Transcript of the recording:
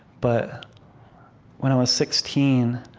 but when i was sixteen,